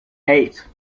eight